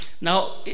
Now